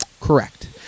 Correct